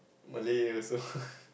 Malay also